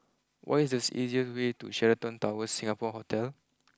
what is the easiest way to Sheraton Towers Singapore Hotel